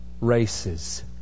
races